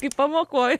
kaip pamokoj